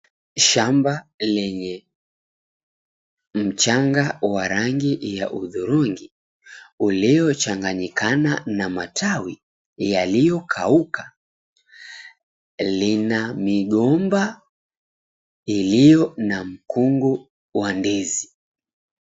Shamba lenye, mchanga wa rangi ya udhurungi, uliochanganyikana na matawi, yaliyokauka. Lina migomba, iliyo na mkungu wa ndizi.